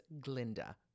Glinda